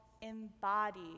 embody